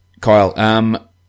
Kyle